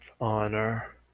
honor